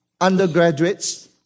undergraduates